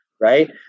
right